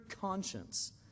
conscience